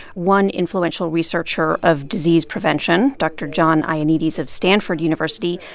one influential researcher of disease prevention, dr. john ioannidis of stanford university,